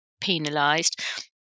penalised